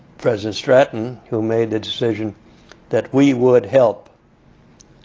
president stratton who made the decision that we would help